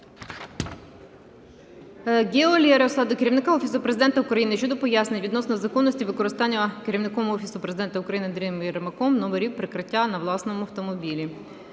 Гео Лероса до Керівника Офісу Президента України щодо пояснень відносно законності використання керівником Офісу Президента України Андрієм Єрмаком номерів прикриття на власному автомобілі.